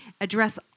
address